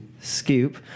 scoop